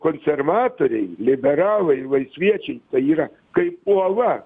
konservatoriai liberalai laisviečiai yra kaip uola